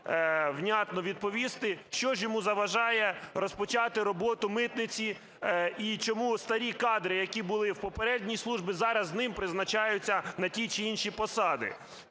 внятно відповісти, що ж йому заважає розпочати роботу митниці, і чому старі кадри, які були в попередній службі, зараз ним призначаються на ті чи інші посади.